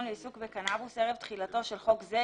לעיסוק בקנבוס ערב תחילתו של חוק זה,